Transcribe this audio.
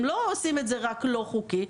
הם לא עושים את זה רק לא חוקי,